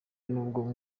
n’ubwo